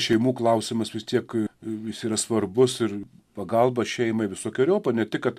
šeimų klausimas vis tiek jis yra svarbus ir pagalba šeimai visokeriopa ne tik kad